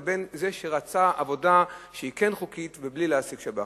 לבין זה שרצה עבודה חוקית ובלי להעסיק שב"חים.